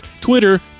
Twitter